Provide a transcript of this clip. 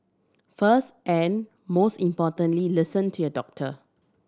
first and most importantly listen to your doctor